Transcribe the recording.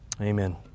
Amen